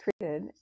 created